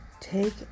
Take